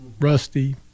rusty